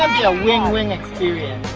a win-win experience